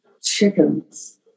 Chickens